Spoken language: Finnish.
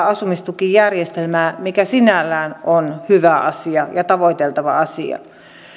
asumistukijärjestelmää mikä sinällään on hyvä ja tavoiteltava asia